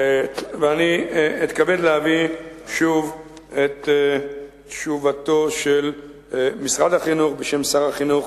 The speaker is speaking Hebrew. אני אתכבד להביא שוב את תשובתו של משרד החינוך בשם שר החינוך